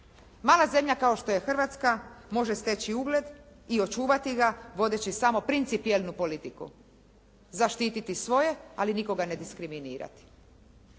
Mala zemlja kao što je Hrvatska može steći ugled i očuvati ga vodeći samo principijelnu politiku. Zaštiti svoje, ali nikoga ne diskriminirati.